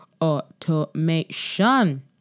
automation